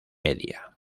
media